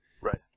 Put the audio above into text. Right